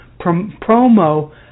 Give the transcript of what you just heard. promo